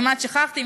כמעט שכחתי,